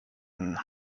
and